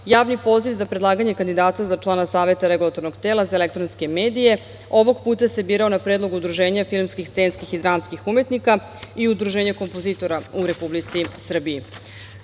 javni poziv za predlaganje kandidata za člana Saveta Regulatornog tela za elektronske medije ovog puta se birao na predlog Udruženja scenskih i dramskih umetnika i Udruženja kompozitora u Republici Srbiji. Naša